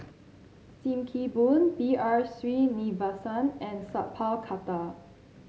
Sim Kee Boon B R Sreenivasan and Sat Pal Khattar